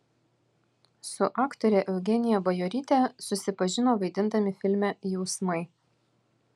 su aktore eugenija bajoryte susipažino vaidindami filme jausmai